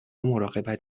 مراقبت